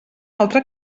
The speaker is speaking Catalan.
altra